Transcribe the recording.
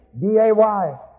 D-A-Y